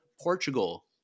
Portugal